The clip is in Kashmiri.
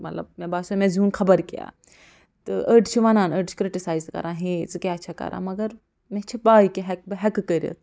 مطلب مےٚ باسٮ۪و مےٚ زیوٗن خبر کیٛاہ تہٕ أڑۍ چھِ وَنان أڑۍ چھِ کِرٹہِ سایِز تہِ کَران ہے ژٕ کیٛازِ چھَکھ کَران مگر مےٚ چھِ پےَ کہِ ہٮ۪کہٕ بہٕ ہٮ۪کہٕ کٔرِتھ